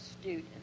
student